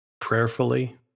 prayerfully